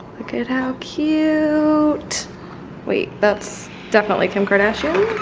look at how cute wait that's definitely kim kardashian